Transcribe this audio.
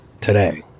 today